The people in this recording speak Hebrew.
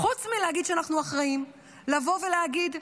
חוץ מלהגיד שאנחנו אחראים, לבוא ולהגיד: